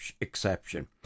exception